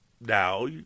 now